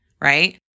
right